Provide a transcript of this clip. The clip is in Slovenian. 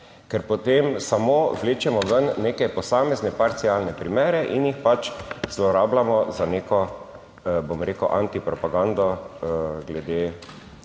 ker potem samo vlečemo ven neke posamezne parcialne primere, in jih zlorabljamo za neko bom rekel, antipropagando glede